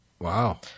Wow